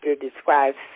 describes